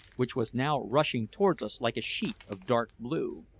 which was now rushing towards us like a sheet of dark blue.